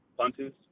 punters